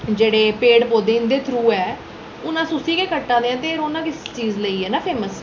जेह्ड़े पेड़ पौधे इं'दे थ्रू ऐ हून अस उसी गै कट्टै दे आं ते रौह्ना किस चीज लेई ऐ ना फेमस